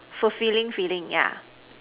fulfilling feeling